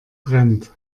trend